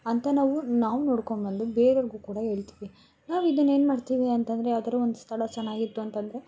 ಅಂತ ನಾವು ನಾವು ನೋಡ್ಕೊಂಡು ಬಂದು ಬೇರೇರ್ಗು ಕೂಡ ಹೇಳ್ತೀವಿ ನಾವಿದನ್ನು ಏನು ಮಾಡ್ತೀವಿ ಅಂತಂದರೆ ಯಾವುದಾದ್ರೂ ಒಂದು ಸ್ಥಳ ಚೆನ್ನಾಗಿತ್ತು ಅಂತಂದರೆ